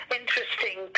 interesting